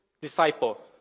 disciple